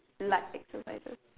light exercises